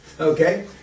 Okay